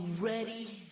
ready